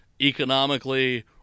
economically